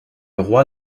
roi